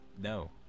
No